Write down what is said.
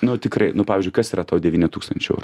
nu tikrai nu pavyzdžiui kas yra tau devyni tūkstančiai eurų